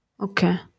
Okay।